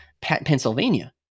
Pennsylvania